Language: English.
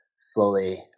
slowly